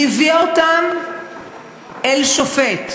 היא הביאה אותם אל שופט,